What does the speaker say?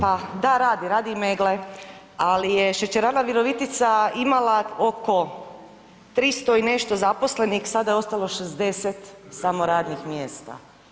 Pa da, radi, radi i Meggle, ali je Šećerana Virovitica imala oko 300 i nešto zaposlenih, sada je ostalo 60 samo radnih mjesta.